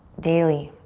daily.